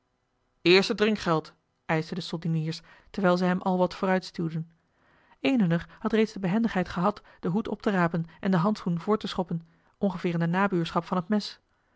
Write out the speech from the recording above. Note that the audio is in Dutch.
eerst het drinkgeld eischten de soldeniers terwijl zij hem al wat vooruit stuwden een hunner had reeds de behendigheid gehad den hoed op te rapen en den handschoen voort te schoppen ongeveer in de nabuurschap van het mes